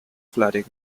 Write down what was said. flooding